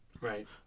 Right